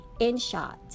InShot